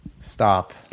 stop